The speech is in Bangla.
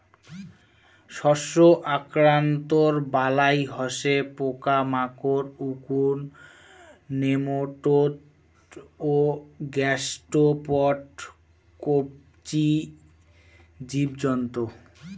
শস্য আক্রান্তর বালাই হসে পোকামাকড়, উকুন, নেমাটোড ও গ্যাসস্ট্রোপড কবচী জীবজন্তু